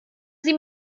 sie